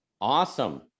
Awesome